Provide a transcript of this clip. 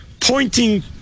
pointing